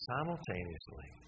Simultaneously